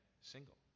single